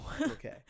Okay